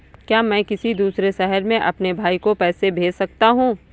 क्या मैं किसी दूसरे शहर में अपने भाई को पैसे भेज सकता हूँ?